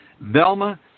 Velma